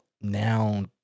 now